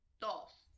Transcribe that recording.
Dolph